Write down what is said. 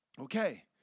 Okay